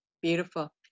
Beautiful